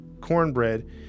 cornbread